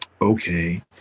okay